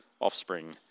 offspring